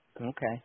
Okay